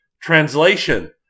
Translation